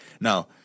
Now